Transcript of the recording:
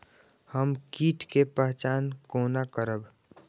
हम कीट के पहचान कोना करब?